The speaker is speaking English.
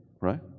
right